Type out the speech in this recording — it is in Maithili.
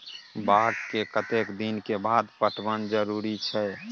बाग के कतेक दिन के बाद पटवन जरूरी छै?